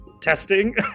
testing